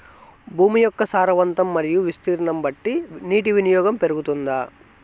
భూమి యొక్క సారవంతం మరియు విస్తీర్ణం బట్టి నీటి వినియోగం పెరుగుతుందా?